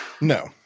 No